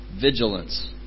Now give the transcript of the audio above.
vigilance